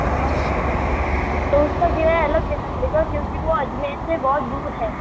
हाँ तो उसका किराया अलग देना पड़ेगा क्योंकि वो अजमेर से बहुत दूर है